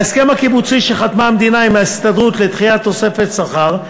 להסכם הקיבוצי שחתמה המדינה עם ההסתדרות לדחיית תוספת שכר.